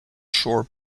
shore